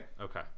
Okay